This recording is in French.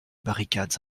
barricades